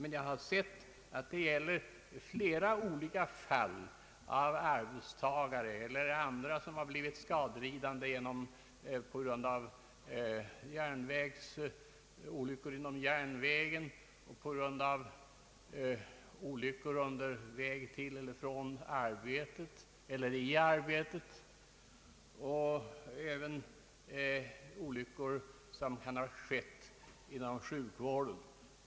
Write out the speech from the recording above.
Det gäller arbetstagare eller andra som blivit skadelidande på grund av olyckor inom järnvägen, på grund av olyckor under väg till eller från arbetet eller i arbetet och även olyckor som kan ha skett inom sjukvården.